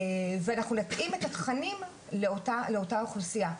ואנחנו נתאים את התכנים לאותה אוכלוסייה.